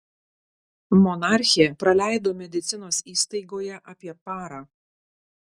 monarchė praleido medicinos įstaigoje apie parą